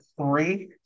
three